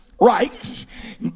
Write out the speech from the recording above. Right